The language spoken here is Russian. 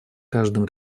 каждом